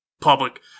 public